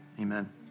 Amen